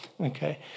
okay